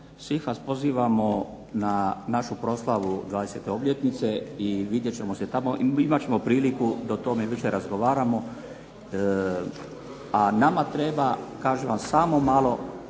Svih vas pozivamo na našu proslavu 20. obljetnice i vidjet ćemo se tamo, imat ćemo priliku da o tome više razgovaramo. A nama treba kažem vam samo malo